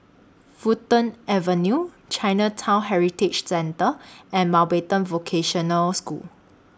Fulton Avenue Chinatown Heritage Centre and Mountbatten Vocational School